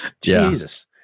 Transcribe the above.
Jesus